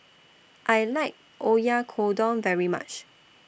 I like Oyakodon very much